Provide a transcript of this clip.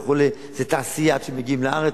וכו', זו תעשייה עד שמגיעים לארץ.